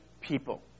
people